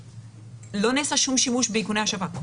לא נעשה שום שימוש באיכוני השב"כ.